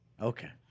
Okay